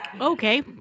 okay